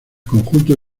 conjunto